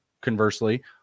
conversely